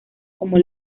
como